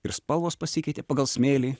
ir spalvos pasikeitė pagal smėlį